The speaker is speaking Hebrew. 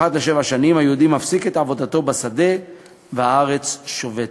אחת לשבע שנים היהודי מפסיק את עבודתו בשדה והארץ שובתת.